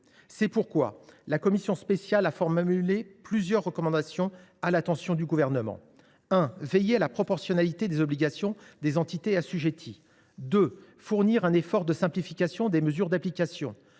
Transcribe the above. C’est pourquoi la commission spéciale a formulé plusieurs recommandations à l’attention du Gouvernement : premièrement, veiller à la proportionnalité des obligations des entités assujetties ; deuxièmement, fournir un effort de simplification des mesures d’application